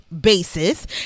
basis